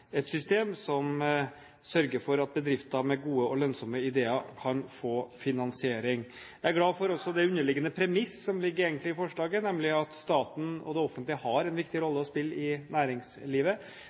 et system som sørger for at bedrifter med gode og lønnsomme ideer kan få finansiering. Jeg er glad for det underliggende premiss som egentlig ligger i forslaget, nemlig at staten og det offentlige har en viktig